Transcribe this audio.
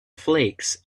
flakes